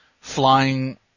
flying